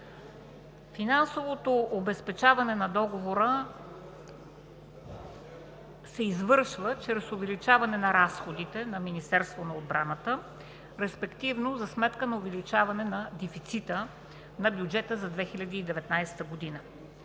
Финансовото обезпечаване на договора се извършва чрез увеличаване на разходите на Министерството на отбраната, респективно за сметка на увеличаване на дефицита на бюджета за 2019 г.